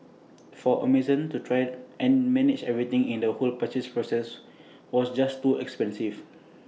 for Amazon to try and manage everything in the whole purchase process was just too expensive